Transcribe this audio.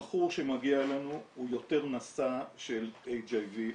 המכור שמגיע אלינו הוא יותר נשא של HIV,